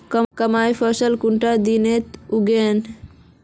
मकई फसल कुंडा दिनोत उगैहे?